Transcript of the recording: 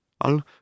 I'll